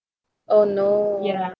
oh no